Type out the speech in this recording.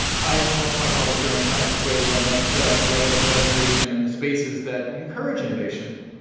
i went to my publisher and kind of persuaded them that that i should write a book about innovation and the spaces that encourage innovation.